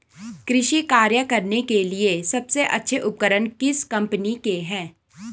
कृषि कार्य करने के लिए सबसे अच्छे उपकरण किस कंपनी के हैं?